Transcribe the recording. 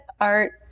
art